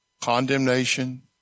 condemnation